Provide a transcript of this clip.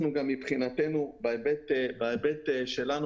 מההיבט שלנו,